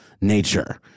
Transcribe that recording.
nature